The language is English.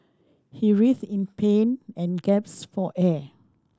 he writhed in pain and gasped for air